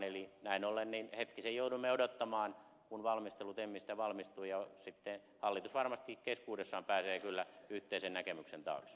eli näin ollen hetkisen joudumme odottamaan kun valmistelu temmistä valmistuu ja sitten hallitus varmasti keskuudessaan pääsee kyllä yhteisen näkemyksen taakse